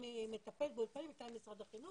הם יוצאים משם כשהם לא יודעים עברית.